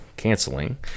canceling